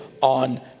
on